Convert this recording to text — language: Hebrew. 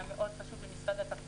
והיה חשוב מאוד גם למשרד התחבורה,